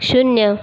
शून्य